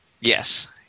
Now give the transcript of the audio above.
Yes